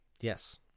Yes